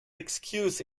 excuse